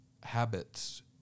habits